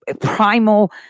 primal